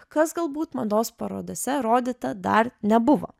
kas galbūt mados parodose rodyta dar nebuvo